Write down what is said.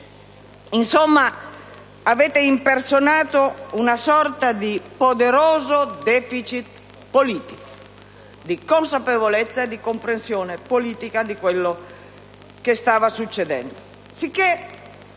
commentare. Avete impersonato una sorta di poderoso *deficit* politico di consapevolezza e di comprensione politica di ciò che stava succedendo.